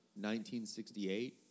1968